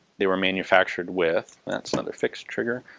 they were manufactured with that's another fixed trigger,